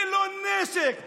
ללא נשק.